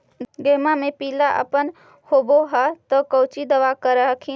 गोहुमा मे पिला अपन होबै ह तो कौची दबा कर हखिन?